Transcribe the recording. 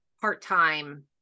part-time